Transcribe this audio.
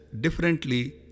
differently